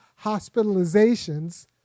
hospitalizations